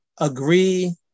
agree